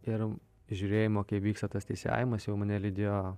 ir žiūrėjimo kaip vyksta tas teisėjavimas jau mane lydėjo